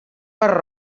per